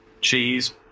cheese